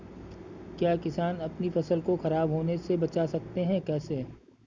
क्या किसान अपनी फसल को खराब होने बचा सकते हैं कैसे?